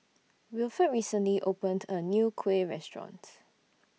Wilford recently opened A New Kuih Restaurant